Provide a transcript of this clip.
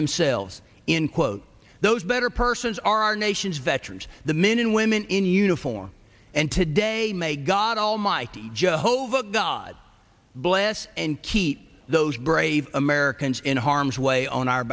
themselves in quote those better persons are our nation's veterans the men and women in uniform and today may god almighty just hova god bless and keep those brave americans in harm's way on our